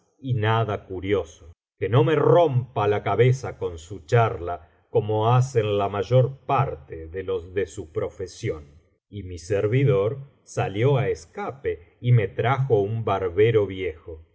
y nada curioso que no me rompa la ca biblioteca valenciana generalitat valenciana las mil noches y una noche beza coa su charla como hacen la mayor parte de los de su profesión y mi servidor salió á escape y me trajo un barbero viejo y